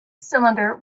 cylinder